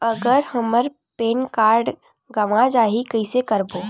अगर हमर PAN card गवां जाही कइसे करबो?